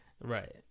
Right